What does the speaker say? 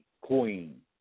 queen